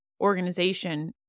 organization